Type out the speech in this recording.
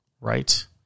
right